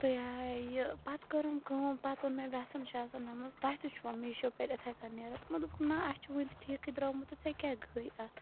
تہٕ یہِ ہا یہِ پَتہٕ کٔرٕم کٲم پَتہٕ ووٚن مےٚ وٮ۪سَن شٮ۪سَن ووٚنمَس تۄہہِ تہِ چھُوا میٖشو پٮ۪ٹھ یِتھَے کَن نیران تِمو دوٚپُکھ نہ اَسہِ چھُ وٕنۍ تہِ ٹھیٖکھٕے درٛامُت تہٕ ژےٚ کیٛاہ گٔے اَتھ